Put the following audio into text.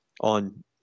on